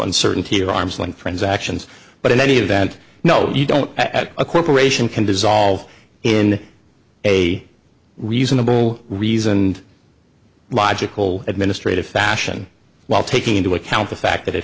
uncertainty of arms length transactions but in any event no you don't as a corporation can dissolve in a reasonable reasoned logical administrative fashion while taking into account the fact that it